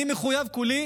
אני מחויב כולי